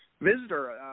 visitor